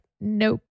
nope